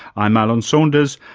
i'm alan saunders.